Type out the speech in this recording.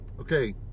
Okay